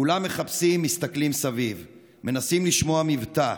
כולם מחפשים, מסתכלים סביב, מנסים לשמוע מבטא.